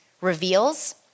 reveals